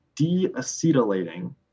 deacetylating